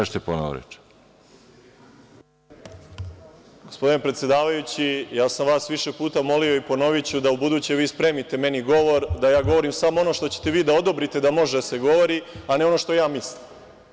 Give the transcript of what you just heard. Gospodine predsedavajući, ja sam vas više puta molio i ponoviću da ubuduće vi spremite meni govor, da ja govorim samo ono što ćete vi da odobrite da može da se govori, a ne ono što ja mislim.